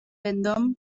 vendôme